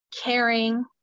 caring